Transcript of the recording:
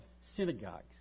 synagogues